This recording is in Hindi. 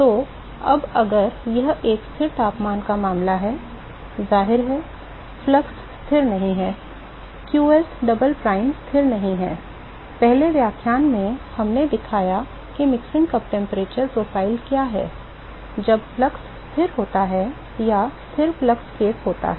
तो अब अगर यह एक स्थिर तापमान का मामला है जाहिर है फ्लक्स स्थिर नहीं है qs डबल प्राइम स्थिर नहीं है पिछले व्याख्यान में हमने दिखाया कि मिक्सिंग कप तापमान प्रोफाइल क्या है जब फ्लक्स स्थिर होता है या स्थिर फ्लक्स केस होता है